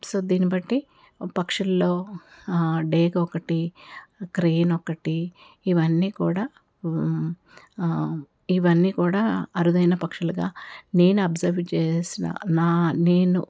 so దీన్నిబట్టి పక్షుల్లో డేగొకటి క్రెయిన్ ఒకటి ఇవన్నీ కూడా ఇవన్నీ కూడా అరుదైన పక్షులుగా నేను అబ్జర్వ్ చేసిన నా నేను